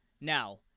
Now